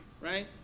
Right